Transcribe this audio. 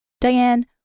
Diane